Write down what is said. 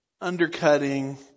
undercutting